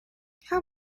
how